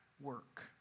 work